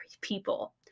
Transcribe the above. people